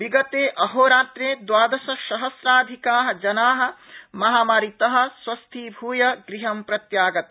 विगते अहोरात्रे द्वादशसहस्राधिका जना महामारीत स्वस्थीभूय गृहं प्रत्यागता